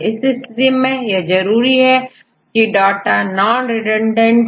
इस स्थिति में यह जरूरी है की डाटा नॉन रिडंडेंट हो